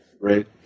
Right